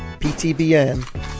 ptbn